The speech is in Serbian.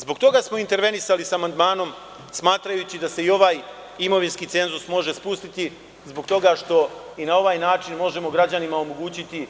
Zbog toga smo intervenisali sa amandmanom smatrajući da se i ovaj imovinski cenzus može spustiti, zbog toga što i na ovaj način možemo građanima omogućiti